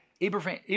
Abraham